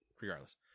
regardless